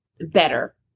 better